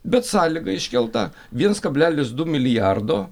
bet sąlyga iškelta viens kablelis du milijardo